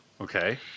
okay